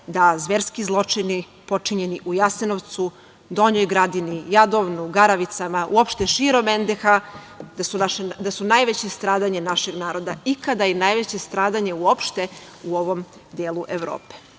da zverski zločini počinjeni u Jasenovcu, Donjoj Gradini, Jadovnu, Garavicama, uopšte širom NDH da su najveće stradanje našeg naroda ikada i najveće stradanje uopšte u ovom delu Evrope. Te